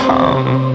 Come